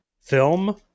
film